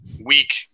week